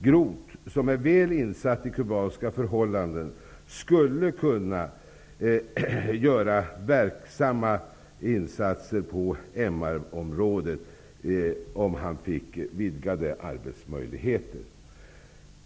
Groth, som är väl insatt i kubanska förhållanden, skulle kunna, med hjälp av vidgade arbetsmöjligheter, göra verksamma insater på MR-området.